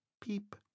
Peep